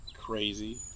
Crazy